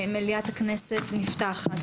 כי מליאת הכנסת נפתחת.